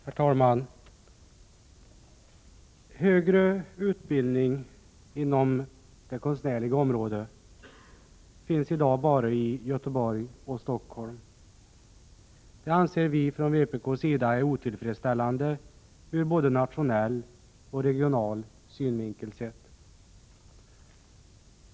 Herr talman! Högre utbildning på det konstnärliga området finns i dag bara i Göteborg och Stockholm, vilket vpk anser vara otillfredsställande både från nationell och från regional synpunkt.